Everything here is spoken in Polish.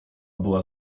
była